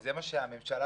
הם מפחדים שהלקוחות